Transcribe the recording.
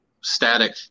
static